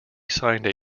signed